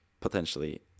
potentially